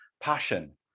passion